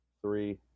three